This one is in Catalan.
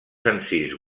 senzills